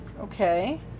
okay